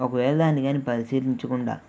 ఒకవేళ దాన్ని గానీ పరిశీలించకుండా